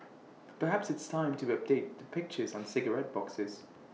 perhaps it's time to update the pictures on cigarette boxes